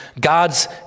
God's